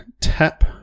tap